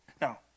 Now